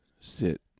Sit